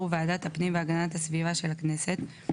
ועדת הפנים והגנת הסביבה של הכנסת,